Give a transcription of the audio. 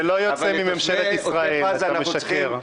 זה לא יוצא מממשלת ישראל, אתה משקר.